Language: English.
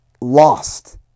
lost